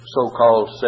so-called